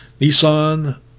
Nissan